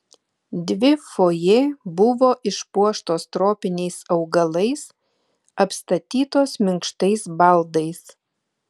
dvi fojė buvo išpuoštos tropiniais augalais apstatytos minkštais baldais